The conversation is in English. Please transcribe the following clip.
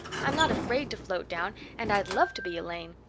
i'm not afraid to float down and i'd love to be elaine.